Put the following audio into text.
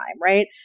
right